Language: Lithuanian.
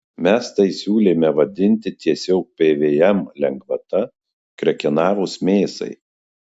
mes tai siūlėme vadinti tiesiog pvm lengvata krekenavos mėsai